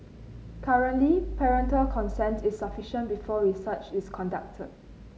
currently parental consent is sufficient before research is conducted